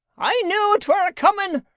i knew twere a-coming.